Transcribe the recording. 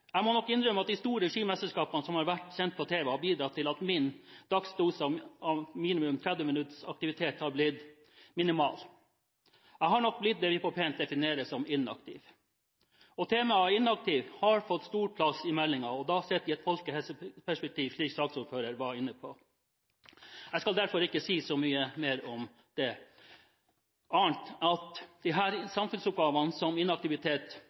Jeg må nok innrømme at de store skimesterskapene som har vært sendt på tv, har bidratt til at min dagsdose av minimum 30 minutters aktivitet har blitt minimal. Jeg har nok blitt det vi så pent definerer som «inaktiv». Temaet «inaktiv» har fått stor plass i meldingen – og da sett i et folkehelseperspektiv, slik saksordføreren var inne på. Jeg skal derfor ikke si så mye mer om det, annet enn at inaktivitet fører til en samfunnsoppgave, en jobb, som